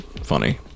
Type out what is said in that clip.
funny